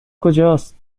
کجاست